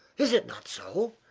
is it not so?